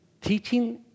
teaching